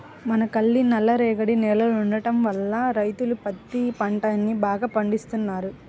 మనకల్లి నల్లరేగడి నేలలుండటం వల్ల రైతులు పత్తి పంటని బాగా పండిత్తన్నారు